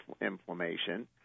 inflammation